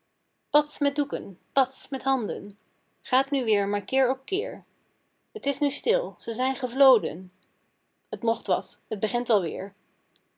pats met doeken pats met handen gaat nu weer maar keer op keer t is nu stil ze zijn gevloden t mocht wat het begint alweer